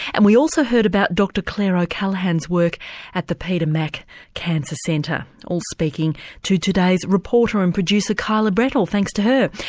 and we also heard about dr clare o'callahan's work at the peter mac cancer centre, all speaking to today's reporter and producer kyla brettle, thanks to her.